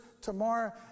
tomorrow